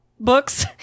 books